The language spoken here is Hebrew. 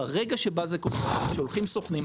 ברגע שזה קורה הם שולחים סוכנים,